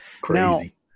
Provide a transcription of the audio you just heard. Crazy